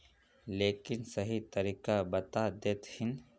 लेकिन सही तरीका बता देतहिन?